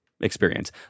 experience